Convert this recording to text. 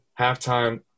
halftime